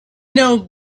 know